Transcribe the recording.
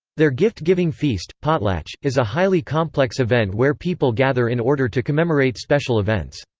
their gift-giving feast, potlatch, is a highly complex event where people gather in order to commemorate special events.